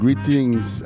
Greetings